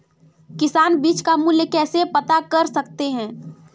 किसान बीज का मूल्य कैसे पता कर सकते हैं?